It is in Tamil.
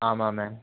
ஆமாம் மேம்